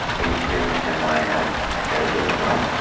do you understand why i gotta i gotta do it alone?